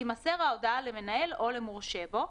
תימסר ההודעה למנהל או למורשה בו,